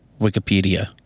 Wikipedia